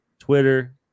twitter